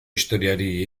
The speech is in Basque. historiari